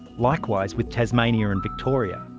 likewise with tasmania and victoria.